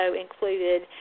included